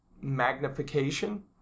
Magnification